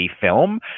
film